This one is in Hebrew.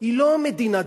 היא לא מדינה דתית,